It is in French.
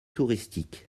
touristique